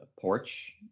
porch